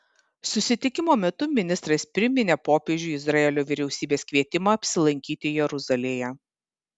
susitikimo metu ministras priminė popiežiui izraelio vyriausybės kvietimą apsilankyti jeruzalėje